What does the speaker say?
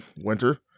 winter